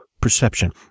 perception